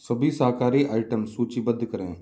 सभी शाकाहारी आइटम्स सूचीबद्ध करें